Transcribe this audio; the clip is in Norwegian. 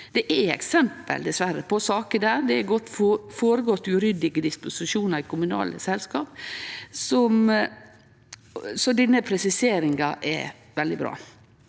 Det er dessverre eksempel på saker der det har føregått uryddige disposisjonar i kommunale selskap, så denne presiseringa er veldig bra.